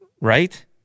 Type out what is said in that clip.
Right